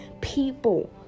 people